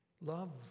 Love